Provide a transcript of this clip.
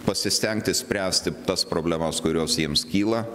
pasistengti spręsti tas problemas kurios jiems kyla